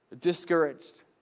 discouraged